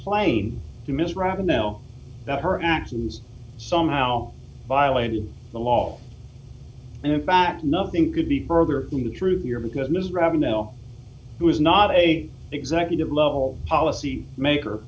plain to ms robin now that her actions somehow violated the law and in fact nothing could be further from the truth here because miss ravenel who is not a executive level policy maker